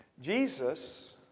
Jesus